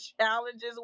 challenges